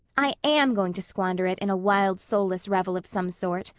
i am going to squander it in a wild soulless revel of some sort,